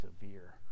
severe